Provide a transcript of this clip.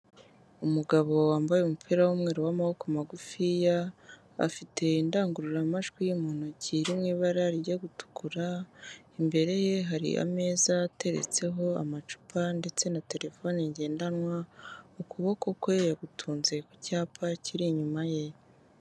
Umugabo wambaye umupira w'umweru w'amaboko magufiya, afite indangururamajwi mu ntoki iri mu ibara rijya gutukura, imbere ye hari ameza ateretseho amacupa ndetse na terefone ngendanwa, ukuboko kwe yagutunze ku cyapa kiri inyuma ye.